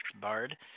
bard